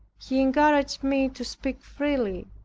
he encouraged me to speak freely.